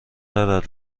دارد